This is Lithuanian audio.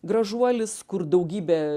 gražuolis kur daugybė